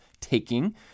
taking